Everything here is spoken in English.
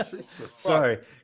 Sorry